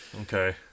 okay